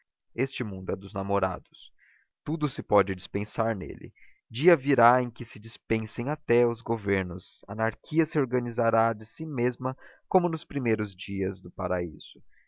este mundo é dos namorados tudo se pode dispensar nele dia virá em que se dispensem até os governos a anarquia se organizará de si mesma como nos primeiros dias do paraíso